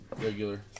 regular